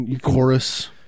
chorus